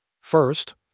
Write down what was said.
First